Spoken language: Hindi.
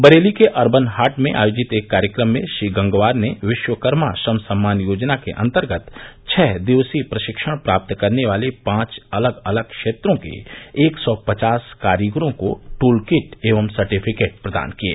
बरेली के अर्बन हाट में आयोजित एक कार्यक्रम में श्री गंगवार ने विश्वकर्मा श्रम सम्मान योजना के अंतर्गत छः दिवसीय प्रशिक्षण प्राप्त करने वाले पांच अलग अलग क्षेत्रों के एक सौ पचास कारीगरों को टूल किट एवम सर्टीफिकेट प्रदान किये